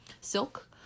silk